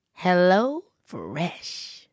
HelloFresh